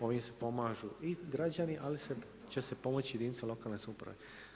Ovim se pomažu i građani, ali će se pomoći i jedinice lokalne samouprave.